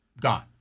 gone